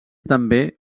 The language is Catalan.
també